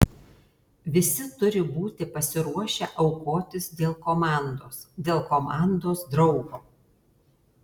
visi turi būti pasiruošę aukotis dėl komandos dėl komandos draugo